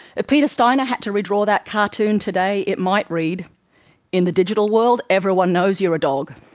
if peter steiner had to redraw that cartoon today, it might read in the digital world, everyone knows you are dog,